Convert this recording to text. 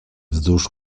wzdłuż